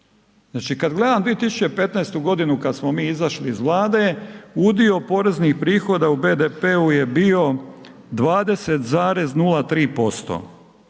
Znači kada gledam 2015. godinu kada smo mi izašli iz Vlade udio poreznih prihoda u BDP-u je bio 20,03%.